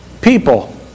people